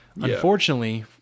Unfortunately